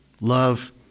love